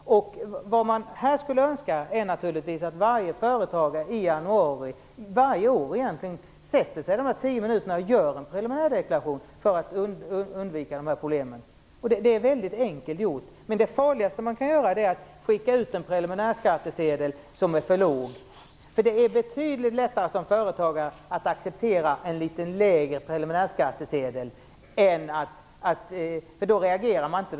Här skulle man naturligtvis önska att varje företagare i januari varje år sätter sig dessa tio minuter och gör en preliminär deklaration för att undvika dessa problem. Det är väldigt enkelt gjort. Det farligaste man kan göra är att skicka ut en preliminärskattesedel som är för låg. Som företagare är det betydligt lättare att acceptera en litet lägre preliminärskattesedel. Då reagerar man inte.